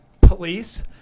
police